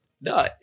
No